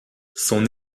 son